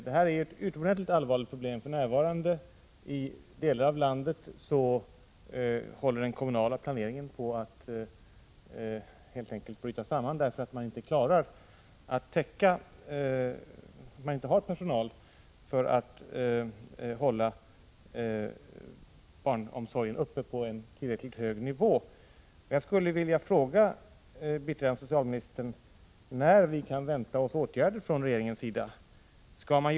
Det här är ju som sagt ett utomordentligt allvarligt problem. I vissa delar av landet håller den kommunala planeringen för närvarande helt enkelt på att bryta samman. Det beror på att man inte har så mycket personal att man kan hålla barnomsorgen på en tillräckligt hög nivå. Jag skulle vilja fråga biträdande socialministern när vi kan vänta oss åtgärder från regeringens sida.